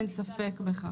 אין ספק בכך.